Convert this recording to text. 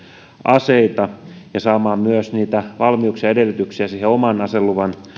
aseita ja saamaan myös valmiuksia edellytyksiä oman aseluvan